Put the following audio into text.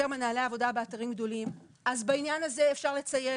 מנהלי עבודה באתרים גדולים אז בעניין הזה אפשר לציין,